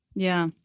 yeah,